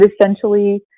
essentially